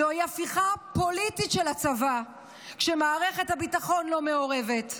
זוהי הפיכה פוליטית של הצבא כשמערכת הביטחון לא מעורבת,